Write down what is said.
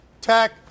tech